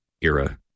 era